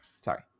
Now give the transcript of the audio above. Sorry